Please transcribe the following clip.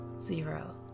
zero